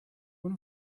one